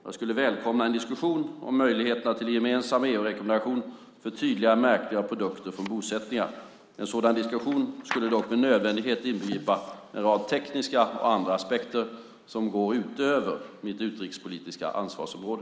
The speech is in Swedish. Jag skulle välkomna en diskussion om möjligheterna till gemensamma EU-rekommendationer för tydligare märkning av produkter från bosättningar. En sådan diskussion skulle dock med nödvändighet inbegripa en rad tekniska och andra aspekter som går utöver mitt utrikespolitiska ansvarsområde.